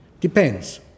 Depends